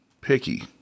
picky